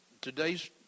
today's